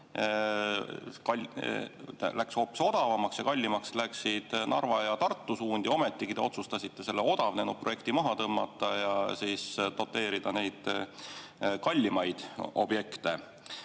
läks hoopis odavamaks, ja kallimaks läksid Narva ja Tartu suund. Ometigi te otsustasite selle odavnenud projekti maha tõmmata ja doteerida neid kallimaid objekte.